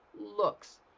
looks